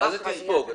--- מה זה תספוג את זה?